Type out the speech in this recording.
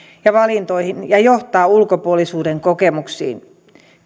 ja valintoihin ja johtaa ulkopuolisuuden kokemuksiin